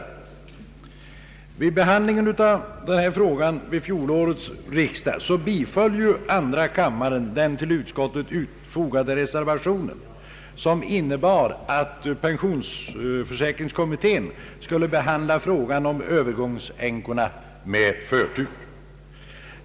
de reservationen, som innebar att pensionsförsäkringskommittén skulle behandla frågan om Öövergångsänkorna med förtur.